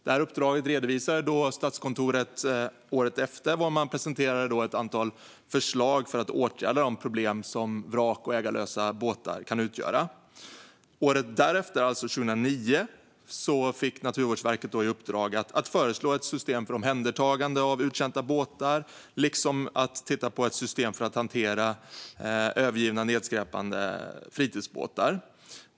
Detta uppdrag redovisade Statskontoret året efter, och man presenterade då ett antal förslag för att åtgärda de problem som vrak och ägarlösa båtar kan utgöra. Året därefter, alltså 2009, fick Naturvårdsverket i uppdrag att föreslå ett system för omhändertagande av uttjänta båtar, liksom att titta på ett system för att hantera övergivna, nedskräpande fritidsbåtar.